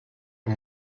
und